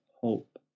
hope